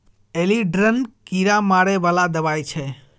Aldrin कीरा मारै बला दवाई छै